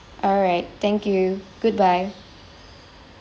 alright thank you goodbye